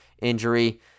injury